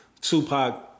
Tupac